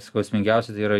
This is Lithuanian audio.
skausmingiausia tai yra